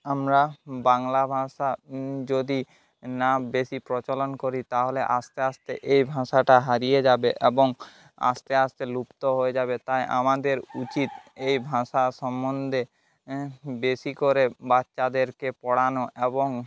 আমরা বাংলা ভাষা যদি না বেশি প্রচলন করি তাহলে আস্তে আস্তে এই ভাষাটা হারিয়ে যাবে এবং আস্তে আস্তে লুপ্ত হয়ে যাবে তাই আমাদের উচিত এই ভাষা সম্বন্ধে বেশি করে বাচ্চাদেরকে পড়ানো এবং